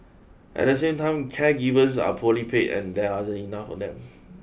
at the same time caregivers are poorly paid and there enough of them